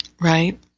Right